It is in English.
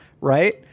right